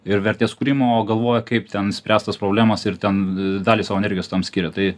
ir vertės kūrimą o galvoja kaip ten išspręst tas problemas ir ten dalį savo energijos tam skiria tai